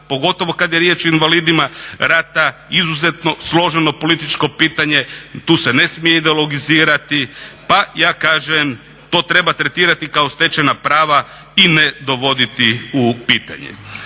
pogotovo kada je riječ o invalidima rata, izuzetno složeno političko pitanje, tu se ne smije ideologizirati pa ja kažem to treba tretirati kao stečena prava i ne dovoditi u pitanje.